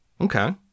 Okay